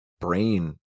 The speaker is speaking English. brain